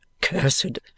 Cursed